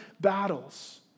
battles